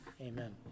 amen